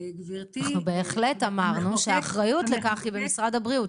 גברתי --- אנחנו בהחלט אמרנו שהאחריות לכך היא במשרד הבריאות,